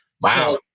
Wow